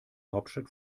hauptstadt